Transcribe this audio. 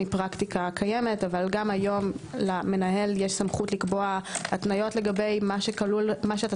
קיימת אבל גם כיום למנהל יש סמכות לקבוע התניות לגבי מה שאתה